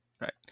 Right